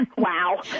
Wow